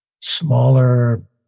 smaller